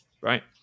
Right